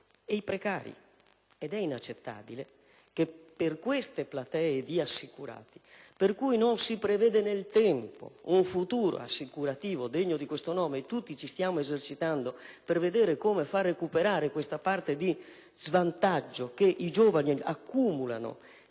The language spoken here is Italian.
è inaccettabile che queste platee di assicurati, per i quali non si prevede nel tempo un futuro assicurativo degno di questo nome (tutti ci stiamo esercitando per vedere come far recuperare questa parte di svantaggio che i giovani accumulano